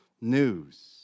news